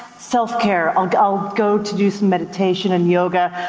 self care. i'll go i'll go to do some meditation and yoga.